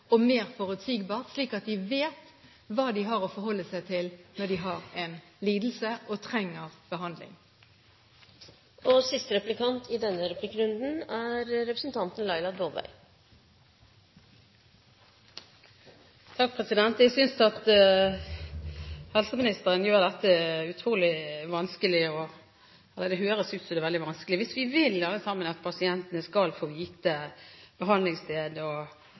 og mer forutsigbart, slik at de vet hva de har å forholde seg til når de har en lidelse og trenger behandling. Jeg synes at helseministeren gjør dette utrolig vanskelig – ja det høres ut som det er veldig vanskelig. Hvis vi alle sammen vil at pasienten skal få vite behandlingssted og